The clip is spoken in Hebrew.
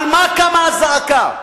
על מה קמה הזעקה.